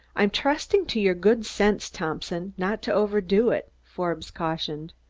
i'm trusting to your good sense, thompson, not to overdo it, forbes cautioned.